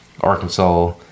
arkansas